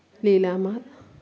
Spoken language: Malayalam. ലീലാമ്മ